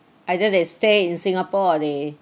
either they stay in singapore or they